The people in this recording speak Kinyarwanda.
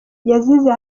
yazize